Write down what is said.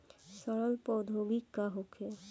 सड़न प्रधौगिकी का होखे?